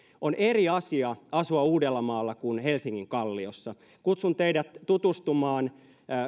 on eri asia asua uudellamaalla kuin helsingin kalliossa kutsun teidät tutustumaan